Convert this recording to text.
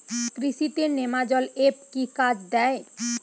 কৃষি তে নেমাজল এফ কি কাজে দেয়?